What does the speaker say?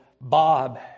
Bob